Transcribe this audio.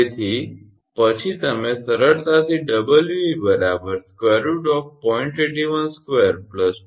તેથી પછી તમે સરળતાથી 𝑊𝑒 √0